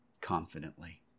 confidently